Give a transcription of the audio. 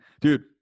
Dude